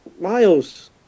Miles